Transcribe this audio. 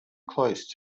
close